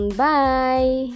bye